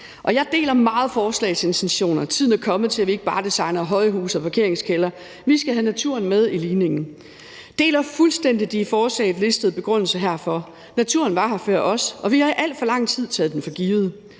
Jeg deler meget forslagets intentioner. Tiden er kommet til, at vi ikke bare designer højhuse og parkeringskældre. Vi skal have naturen med i ligningen. Jeg deler fuldstændig de i forslaget oplistede begrundelser herfor. Naturen var her før os, og vi har i alt for lang tid taget den for givet.